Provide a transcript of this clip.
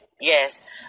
Yes